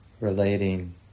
relating